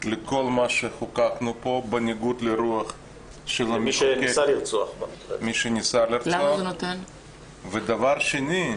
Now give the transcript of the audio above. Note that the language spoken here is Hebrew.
לכל מה שחוקקנו פה, ודבר שני,